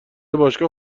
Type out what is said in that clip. باشگاه